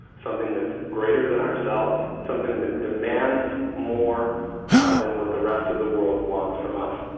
something that's greater than ourselves, something that demands more ah than what the rest of the world wants from us